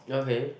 okay